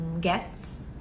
guests